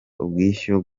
ubwishyu